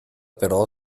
però